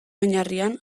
oinarrian